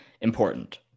important